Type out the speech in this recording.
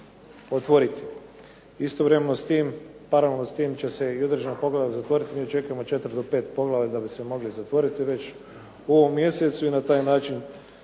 Istovremeno s tim, paralelno s tim će se i određena poglavlja zatvoriti. Mi očekujemo četiri do pet poglavlja da bi se mogli zatvoriti već u ovom mjesecu i na taj način